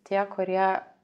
tie kurie